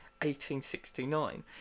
1869